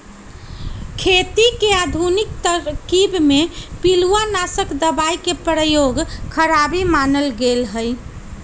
खेती के आधुनिक तरकिब में पिलुआनाशक दबाई के प्रयोग खराबी मानल गेलइ ह